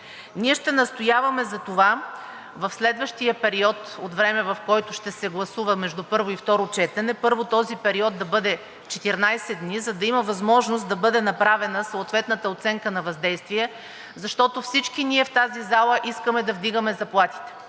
Ние ще настояваме за това в следващия период от време, в който ще се гласува между първо и второ четене, първо, този период да бъде 14 дни, за да има възможност да бъде направена съответната оценка на въздействие, защото всички ние в тази зала искаме да вдигаме заплатите.